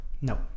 no